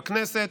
בכנסת,